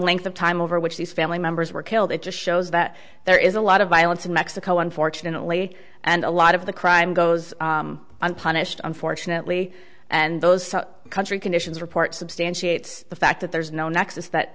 length of time over which these family members were killed it just shows that there is a lot of violence in mexico unfortunately and a lot of the crime goes unpunished unfortunately and those country conditions reports substantiate the fact that there's no nexus that